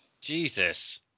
Jesus